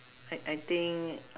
I I think uh